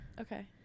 Okay